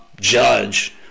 judge